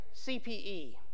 CPE